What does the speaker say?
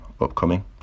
upcoming